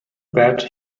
bad